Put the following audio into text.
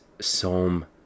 Psalm